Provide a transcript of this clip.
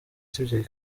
kibyeyi